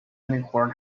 unicorn